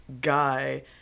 guy